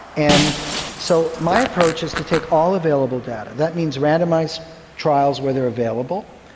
and so my approach is to take all available data, that means randomised trials where they are available,